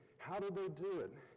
how did they do it?